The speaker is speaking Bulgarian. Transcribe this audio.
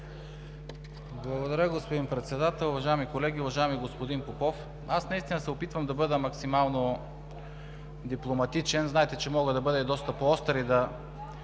Благодаря, господин Председател. Уважаеми колеги! Уважаеми господин Попов, наистина се опитвам да бъда максимално дипломатичен. Знаете, че мога да бъда и доста по-остър и да